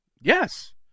Yes